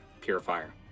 Purifier